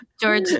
George